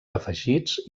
afegits